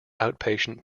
outpatient